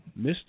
Mr